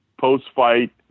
post-fight